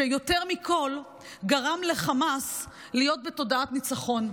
שיותר מכול גרם לחמאס להיות בתודעת ניצחון.